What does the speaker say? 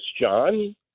John